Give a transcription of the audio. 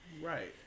Right